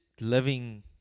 living